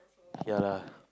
ya lah